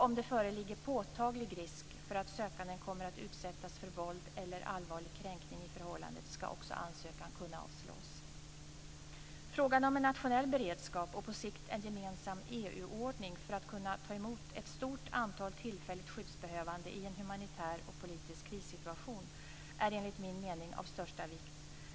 Om det föreligger påtaglig risk för att sökanden kommer att utsättas för våld eller allvarlig kränkning i förhållandet ska också ansökan kunna avslås. Frågan om en nationell beredskap och på sikt en gemensam EU-ordning för att kunna ta emot ett stort antal tillfälligt skyddsbehövande i en humanitär och politisk krissituation är enligt min mening av största vikt.